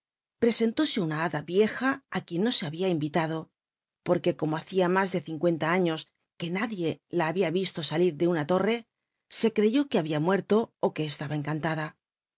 presentóse una hada yi ja it quien no se habia invitado porque como hacia mús de cincuenta aiio cjucnadie la habia visto salir de una torre se creyó que habia muorto ó que c taba encantada el